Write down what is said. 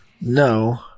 No